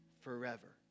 forever